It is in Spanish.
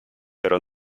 pero